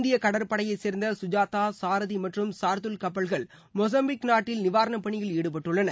இந்திய கடற்படையைச்சேர்ந்த கஜாதா சாரதி மற்றும் சார்துல் கப்பல்கள் மொசாம்பிக் நாட்டில் நிவாரண பணியில் ஈடுபட்டுள்ளன